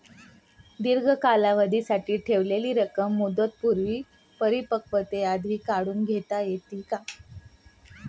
दीर्घ कालावधीसाठी ठेवलेली रक्कम मुदतपूर्व परिपक्वतेआधी काढून घेता येते का?